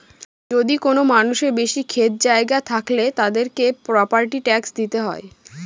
যদি কোনো মানুষের বেশি ক্ষেত জায়গা থাকলে, তাদেরকে প্রপার্টি ট্যাক্স দিতে হয়